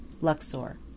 Luxor